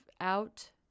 out